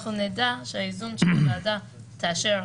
נראה שהגשם לא מגיע,